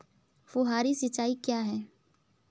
फुहारी सिंचाई क्या है?